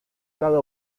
cada